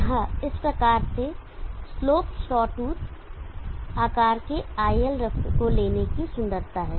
यह इस प्रकार के स्लोपड सॉ टूथ आकार के iLref को लेने की सुंदरता है